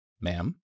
Ma'am